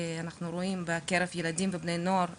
אנחנו רואים בקרב ילדים ובני נוער ערבים.